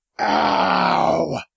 Ow